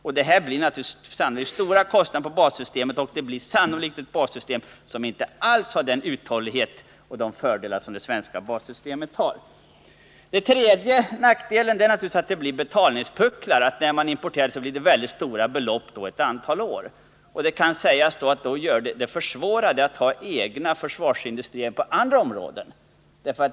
Köp av F 16 medför sannolikt stora kostnader på bassystemet, och det ger nog ändå ett bassystem som inte alls har den uthållighet och de fördelar som det svenska bassystemet har. Den tredje nackdelen är naturligtvis att det blir betalningspucklar. När man importerar blir det under ett antal år väldigt stora belopp. Det gör det också svårare för oss att ha egna försvarsindustrier på andra områden.